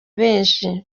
benshi